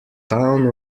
town